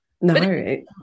No